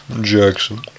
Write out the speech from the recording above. Jackson